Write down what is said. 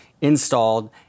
installed